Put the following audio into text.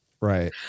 Right